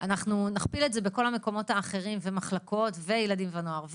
אנחנו נכפיל את זה בכל המקומות האחרים והמחלקות וילדים ונוער.